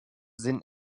sinn